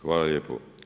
Hvala lijepo.